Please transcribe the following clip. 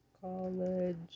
College